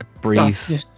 breathe